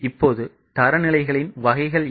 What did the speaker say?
இப்போது தரநிலைகள் வகைகள் என்ன